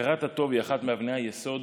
הכרת הטוב היא אחת מאבני היסוד